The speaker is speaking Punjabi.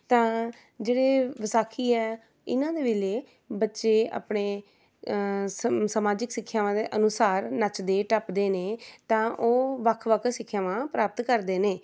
ਤਾਂ ਜਿਹੜੇ ਵਿਸਾਖੀ ਹੈ ਇਹਨਾਂ ਦੇ ਵੇਲੇ ਬੱਚੇ ਆਪਣੇ ਸਮ ਸਮਾਜਿਕ ਸਿੱਖਿਆਵਾਂ ਦੇ ਅਨੁਸਾਰ ਨੱਚਦੇ ਟੱਪਦੇ ਨੇ ਤਾਂ ਉਹ ਵੱਖ ਵੱਖ ਸਿੱਖਿਆਵਾਂ ਪ੍ਰਾਪਤ ਕਰਦੇ ਨੇ